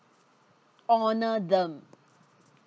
honour them